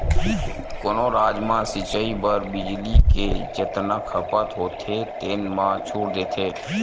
कोनो राज म सिचई बर बिजली के जतना खपत होथे तेन म छूट देथे